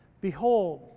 Behold